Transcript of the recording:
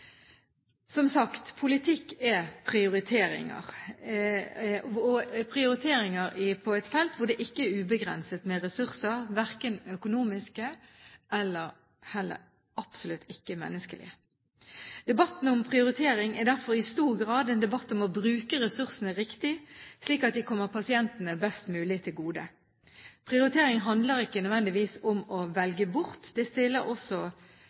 Som sagt: Politikk er prioriteringer, og prioriteringer på et felt hvor det ikke er ubegrenset med ressurser – ikke økonomiske og absolutt ei heller menneskelige. Debatten om prioritering er derfor i stor grad en debatt om å bruke ressursene riktig, slik at de kommer pasientene best mulig til gode. Prioritering handler ikke nødvendigvis om å velge bort; det stilles også